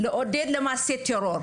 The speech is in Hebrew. לעודד למעשי טרור,